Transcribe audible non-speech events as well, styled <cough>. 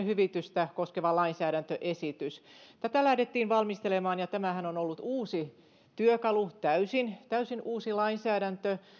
<unintelligible> hyvitystä koskeva lainsäädäntöesitys tätä lähdettiin valmistelemaan ja tämähän on ollut uusi työkalu täysin täysin uusi lainsäädäntö